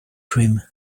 cream